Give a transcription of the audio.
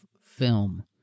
film